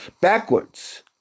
backwards